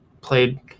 played